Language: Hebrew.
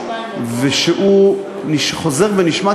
והוא חוזר ונשמע,